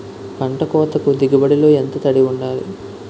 పంట కోతకు దిగుబడి లో ఎంత తడి వుండాలి?